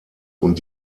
und